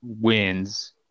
wins